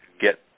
get